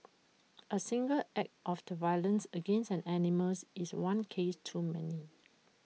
A single act of the violence against an animals is one case too many